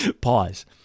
Pause